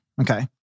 Okay